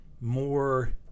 more